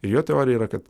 ir jo teorija yra kad